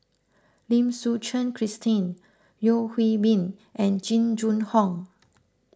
Lim Suchen Christine Yeo Hwee Bin and Jing Jun Hong